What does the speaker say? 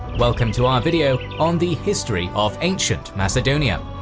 welcome to our video on the history of ancient macedonia!